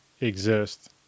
exist